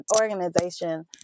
organization